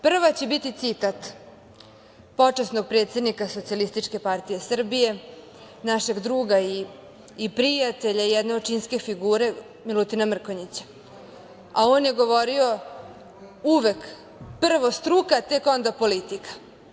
Prva će biti citat počasnog predsednika Socijalističke partije Srbije, našeg druga i prijatelje, jedne očinske figure, Milutina Mrkonjića, a on je govorio uvek – prvo struka, tek onda politika.